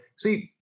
see